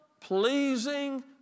pleasing